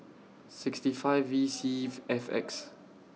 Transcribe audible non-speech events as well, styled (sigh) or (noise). sixty five V C (noise) F X